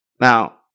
Now